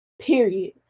period